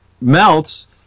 melts